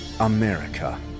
America